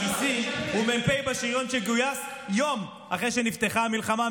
גיסי הוא מ"פ בשריון וגויס יום אחרי שנפתחה המלחמה.